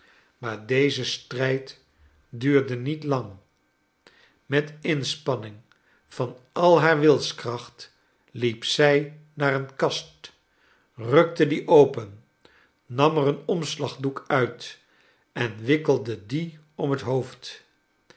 maar deze strijd duurde niet lang met inspanning van ai haar wilskracht liep zij naar een kast rukte die open nam er een omslagdoek uit en wikkelde dien om het hoofd